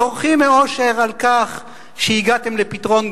זורחים מאושר על כך שהגעתם לפתרון.